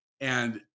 And-